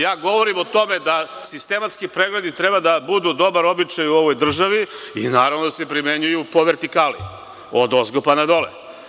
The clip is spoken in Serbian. Ja govorim o tome da sistematski pregledi treba da budu dobar običaj u ovoj državi i, naravno, da se primenjuju po vertikali, odozgo pa na dole.